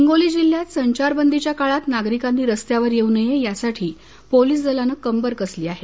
हिंगोली जिल्ह्यात संचार बदीच्या काळात नागरिकांनी रस्त्यावर येऊ नये यासाठी पोलीस दलाने कंबर कसली आहे